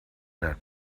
that